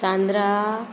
Chandra